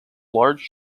large